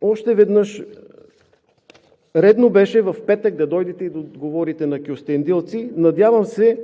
Още веднъж, редно беше в петък да дойдете и да отговорите на кюстендилци. Надявам се